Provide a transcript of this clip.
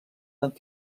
amb